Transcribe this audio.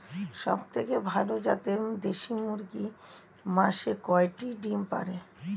সবথেকে ভালো জাতের দেশি মুরগি মাসে কয়টি ডিম পাড়ে?